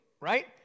right